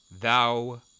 thou